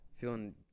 feeling